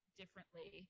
differently